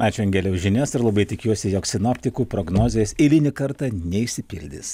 ačiū angele už žinias ir labai tikiuosi jog sinoptikų prognozės eilinį kartą neišsipildys